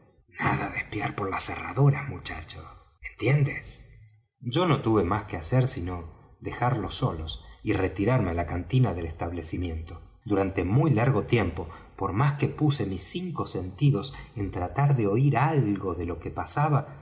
nada de espiar por las cerraduras muchacho entiendes yo no tuve más que hacer sino dejarlos solos y retirarme á la cantina del establecimiento durante muy largo tiempo por más que puse mis cinco sentidos en tratar de oir algo de lo que pasaba